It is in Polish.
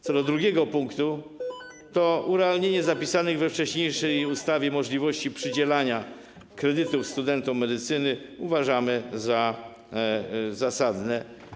Co do drugiego punktu to urealnienie zapisanej we wcześniejszej ustawie możliwości przydzielania kredytów studentom medycyny uważamy za zasadne.